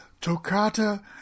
Toccata